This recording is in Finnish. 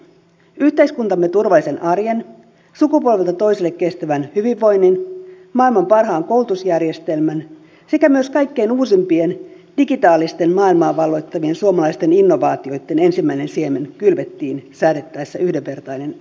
yhteiskuntamme turvallisen arjen sukupolvelta toiselle kestävän hyvinvoinnin maailman parhaan koulutusjärjestelmän sekä myös kaikkein uusimpien digitaalista maailmaa valloittavien suomalaisten innovaatioitten ensimmäinen siemen kylvettiin säädettäessä yhdenvertainen äänioikeus